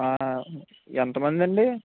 ఎంతమందండి